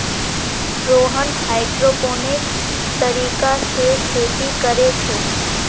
Rohan hydroponics तरीका से खेती कोरे छे